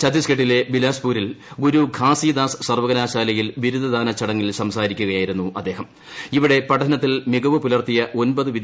ഛത്തീസ്ഗഡിലെ ബിലാസ്പൂരിൽ ഗുരു ഘാസിദാസ് സർവ്വകലാശാലയിൽ ബിരുദദാന ചടങ്ങിൽ സംസാരിക്കുകയായിരുന്നു ഇവിടെ പഠനത്തിൽ മികവ് പുലർത്തിയ ഒമ്പത് അദ്ദേഹം